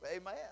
Amen